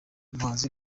umuhanzi